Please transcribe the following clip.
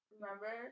Remember